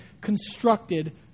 constructed